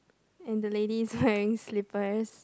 and the lady is wearing slippers